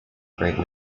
create